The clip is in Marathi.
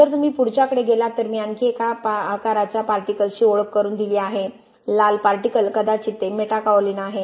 जर तुम्ही पुढच्याकडे गेलात तर मी आणखी एका आकाराच्या पार्टिकल्स ची ओळख करून दिली आहे लाल पार्टिकलकदाचित ते मेटाकाओलिन आहे